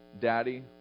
daddy